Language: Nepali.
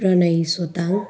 प्रणय सोताङ